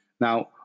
Now